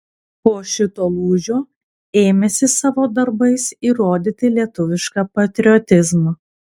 po šito lūžio ėmėsi savo darbais įrodyti lietuvišką patriotizmą